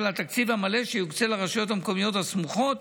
התקציב המלא שיוקצה לרשויות המקומיות הסמוכות